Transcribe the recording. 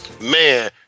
Man